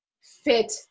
fit